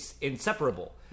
inseparable